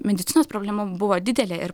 medicinos problema buvo didelė ir